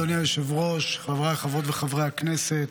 אדוני היושב-ראש, חבריי חברות וחברי הכנסת,